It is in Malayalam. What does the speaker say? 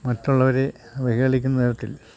മറ്റുള്ളവരെ അവഹേളിക്കുന്ന തരത്തിൽ